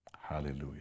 Hallelujah